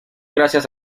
gracias